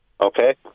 Okay